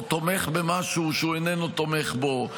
או תומך במשהו שהוא איננו תומך בו,